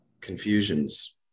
confusions